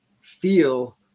feel